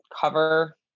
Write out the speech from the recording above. cover